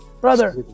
Brother